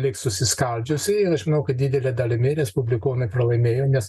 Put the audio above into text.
liks susiskaldžiusi ir aš manau kad didele dalimi respublikonai pralaimėjo nes